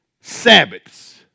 Sabbaths